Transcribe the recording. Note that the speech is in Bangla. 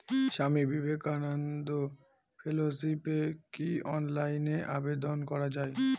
স্বামী বিবেকানন্দ ফেলোশিপে কি অনলাইনে আবেদন করা য়ায়?